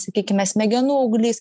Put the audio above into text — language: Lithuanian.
sakykime smegenų auglys